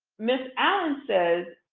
ms. allen says,